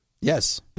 Yes